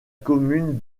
commune